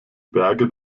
berge